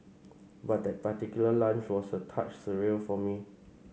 but that particular lunch was a touch surreal for me